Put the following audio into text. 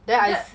then I s~